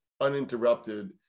uninterrupted